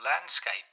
landscape